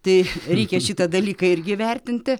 tai reikia šitą dalyką irgi vertinti